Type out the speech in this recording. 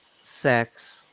sex